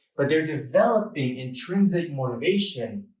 but they've developing intrinsic motivation.